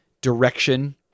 direction